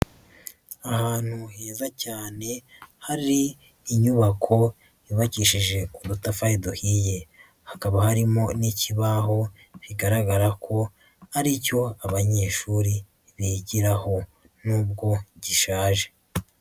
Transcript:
Ahantu heza cyane hari inyubako yubakishije udutafari duhiye, hakaba harimo n'ikibaho bigaragara ko hari cyo abanyeshuri bigiraho nubwo gishaje.